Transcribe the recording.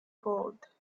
gold